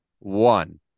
One